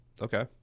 Okay